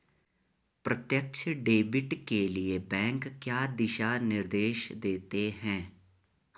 प्रत्यक्ष डेबिट के लिए बैंक क्या दिशा निर्देश देते हैं?